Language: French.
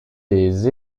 des